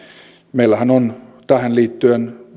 meillähän on tähän liittyen